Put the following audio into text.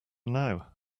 now